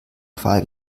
qual